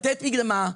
לתת מקדמה,